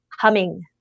humming